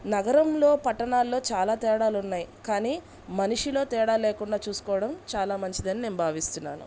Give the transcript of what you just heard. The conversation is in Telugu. నగరంలో పట్టణాల్లో చాలా తేడాలున్నాయి కానీ మనిషిలో తేడా లేకుండా చూసుకోవడం చాలా మంచిదని నేను భావిస్తున్నాను